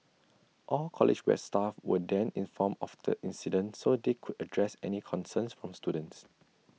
all college west staff were then informed of the incident so they could address any concerns from students